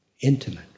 Intimate